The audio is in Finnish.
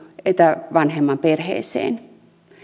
etävanhemman perheeseen